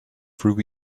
through